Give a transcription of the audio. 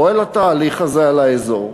פועל התהליך הזה על האזור,